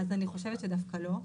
אני חושבת שדווקא לא.